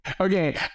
Okay